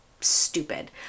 stupid